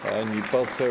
Pani poseł